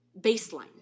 baseline